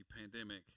pandemic